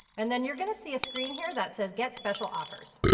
and then you're gonna see a screen here that says get special offers.